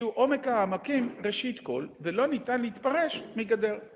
עומק העמקים ראשית כל, ולא ניתן להתפרש מגדר